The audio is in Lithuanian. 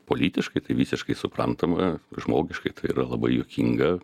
politiškai tai visiškai suprantama žmogiškai tai yra labai juokinga